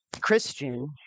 Christian